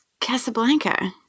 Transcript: Casablanca